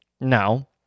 Now